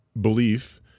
belief